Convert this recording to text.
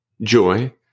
Joy